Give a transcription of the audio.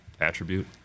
attribute